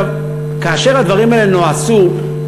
כאשר הדברים האלה נעשו,